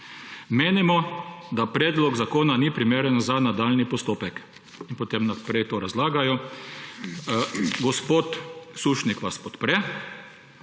»Menimo, da predlog zakona ni primeren za nadaljnji postopek.« In potem naprej to razlagajo. Gospod Sušnik vas podpre.